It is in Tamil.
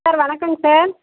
சார் வணக்கங்க சார்